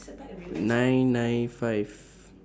nine nine five